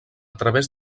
través